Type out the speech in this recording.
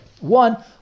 One